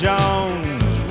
Jones